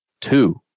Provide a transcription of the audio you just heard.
two